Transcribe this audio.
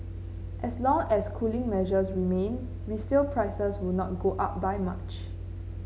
as long as cooling measures remain resale prices will not go up by much